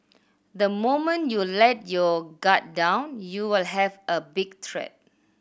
the moment you let your guard down you will have a big threat